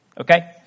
Okay